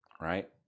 right